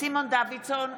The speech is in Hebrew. סימון דוידסון,